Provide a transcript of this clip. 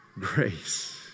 grace